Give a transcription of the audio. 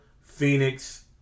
Phoenix